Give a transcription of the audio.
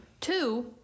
Two